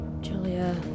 Julia